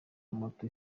moto